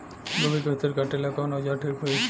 गोभी के फसल काटेला कवन औजार ठीक होई?